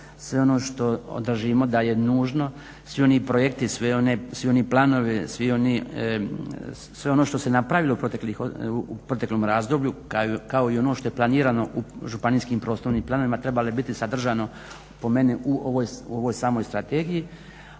sve ono što držimo da je nužno, svi oni projekti, svi oni planovi, sve ono što se napravilo u proteklom razdoblju, kao i ono što je planirano u županijskim prostornim planovima, trebalo biti sadržano po meni u ovoj samoj strategiji.